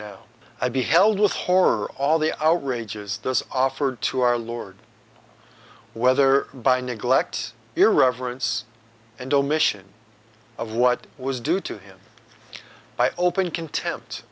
now i beheld with horror all the outrages this offer to our lord whether by neglect irreverence and omission of what was due to him by open contempt